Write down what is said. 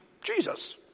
Jesus